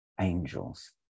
angels